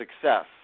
success